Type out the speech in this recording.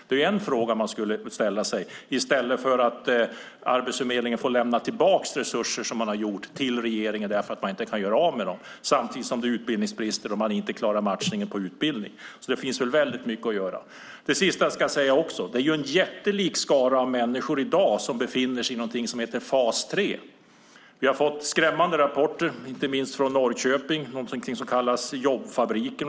Det är frågor man skulle ställa sig i stället för att Arbetsförmedlingen får lämna tillbaka resurser, som de har gjort, till regeringen för att de inte kan göra av med dem. Samtidigt är det utbildningsbrister, och man klarar inte matchningen när det gäller utbildning. Det finns alltså väldigt mycket att göra. Det är en jättelik skara människor i dag som befinner sig i någonting som heter fas 3. Vi har fått skrämmande rapporter, inte minst från Norrköping och någonting som kallas Jobbfabriken.